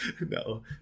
No